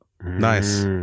Nice